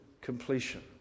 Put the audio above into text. completion